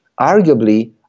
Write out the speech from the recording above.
arguably